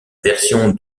version